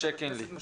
משה קינלי.